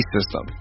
System